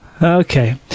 Okay